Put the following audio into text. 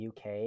uk